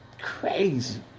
crazy